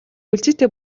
өлзийтэй